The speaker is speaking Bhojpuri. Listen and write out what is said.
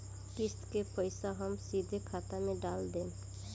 किस्त के पईसा हम सीधे खाता में डाल देम?